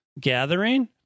gathering